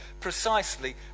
precisely